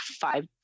five